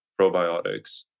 probiotics